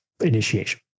initiation